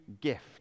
gift